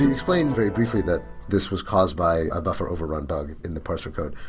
explained very briefly that this was caused by a buffer overrun bug in the parse or code.